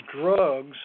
drugs